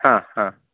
हा हा